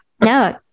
No